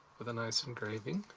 with a nice engraving.